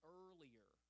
earlier